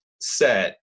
set